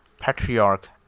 patriarch